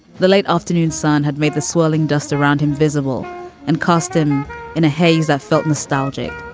the late afternoon sun had made the swirling dust around him visible and cost him in a haze. i felt nostalgic.